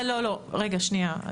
בקיצור,